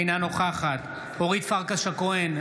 אינה נוכחת אורית פרקש הכהן,